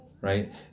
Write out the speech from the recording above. right